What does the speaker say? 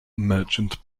merchant